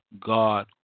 God